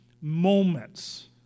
moments